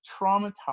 traumatized